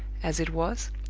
as it was,